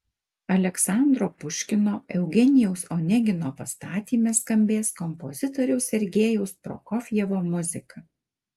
aleksandro puškino eugenijaus onegino pastatyme skambės kompozitoriaus sergejaus prokofjevo muzika